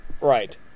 Right